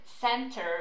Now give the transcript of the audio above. center